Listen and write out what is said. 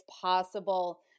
possible